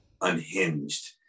unhinged